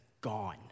gone